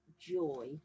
joy